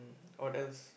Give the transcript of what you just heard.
mm what else